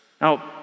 Now